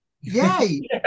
Yay